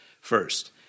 first